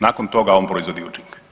Nakon toga on proizvodi učinke.